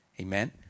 Amen